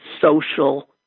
social